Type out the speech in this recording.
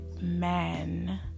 men